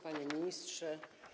Panie Ministrze!